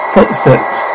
Footsteps